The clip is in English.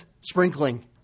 sprinkling